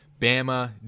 Bama